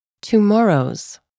Tomorrow's